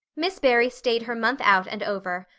miss barry stayed her month out and over.